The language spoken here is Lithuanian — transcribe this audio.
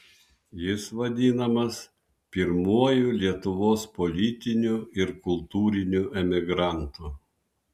jis vadinamas pirmuoju lietuvos politiniu ir kultūriniu emigrantu